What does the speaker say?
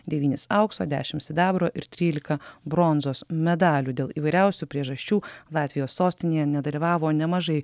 devynis aukso dešim sidabro ir trylika bronzos medalių dėl įvairiausių priežasčių latvijos sostinėje nedalyvavo nemažai